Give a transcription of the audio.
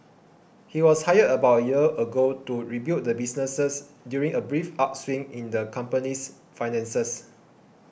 he was hired about a year ago to rebuild the businesses during a brief upswing in the company's finances